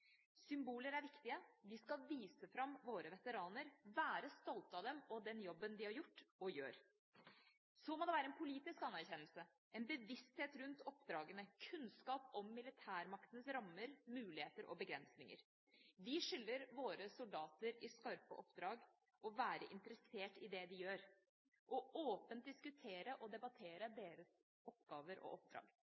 Symboler er viktige. Vi skal vise fram våre veteraner og være stolte av dem og den jobben de har gjort, og gjør. Så må det være en politisk anerkjennelse, en bevissthet rundt oppdragene og kunnskap om militærmaktens rammer, muligheter og begrensninger. Vi skylder våre soldater i skarpe oppdrag å være interessert i det de gjør og åpent diskutere og debattere deres oppgaver og oppdrag.